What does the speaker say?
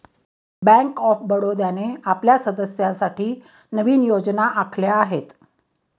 bank of बडोदाने आपल्या सदस्यांसाठी नवीन योजना आखल्या आहेत